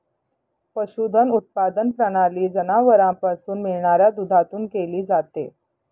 पशुधन उत्पादन प्रणाली जनावरांपासून मिळणाऱ्या दुधातून केली जाते